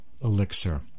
Elixir